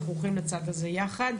אנחנו הולכים לצעד הזה יחד.